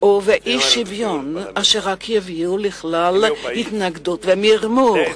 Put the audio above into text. ובאי-שוויון אשר יביאו רק התנגדות ומרמור.